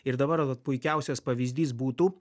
ir dabar vat puikiausias pavyzdys būtų